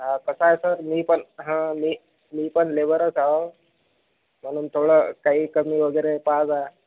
हो कसं आहे सर मी पण हो मी मी पण लेबरच आहो म्हणून थोडं काही कमी वगैरे पहा जरा